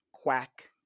quack